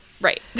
Right